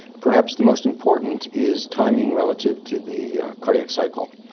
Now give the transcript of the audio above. perhaps the most important is timing relative to the cardiac cycle.